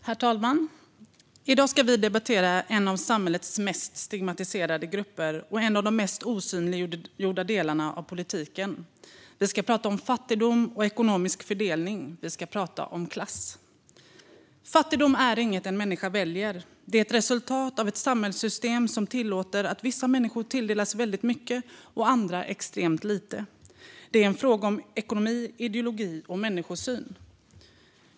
Herr talman! I dag ska vi debattera en av samhällets mest stigmatiserade grupper och en av de mest osynliggjorda delarna av politiken. Vi ska tala om fattigdom och ekonomisk fördelning. Vi ska tala om klass. Fattigdom är inget en människa väljer. Det är ett resultat av ett samhällssystem som tillåter att vissa människor tilldelas väldigt mycket och andra extremt lite. Det är en fråga om ekonomi, ideologi och människosyn.